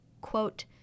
quote